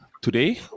today